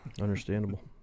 Understandable